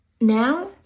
now